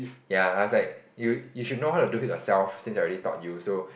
ya I was like you you should know how to do it yourself since I already taught you so